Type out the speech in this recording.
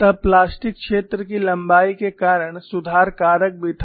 तब प्लास्टिक क्षेत्र की लंबाई के कारण सुधार कारक भी था